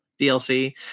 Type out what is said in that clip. DLC